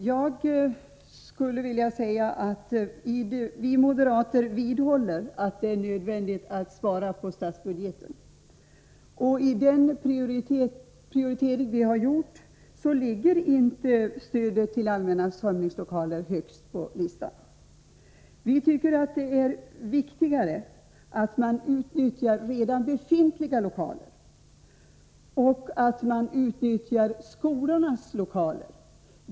Herr talman! Vi moderater vidhåller att det är nödvändigt att spara i statsbudgeten, och i den prioritering vi har gjort ligger inte stödet till allmänna samlingslokaler högst på listan. Vi tycker att det är viktigare att man utnyttjar redan befintliga lokaler, däribland skolornas lokaler.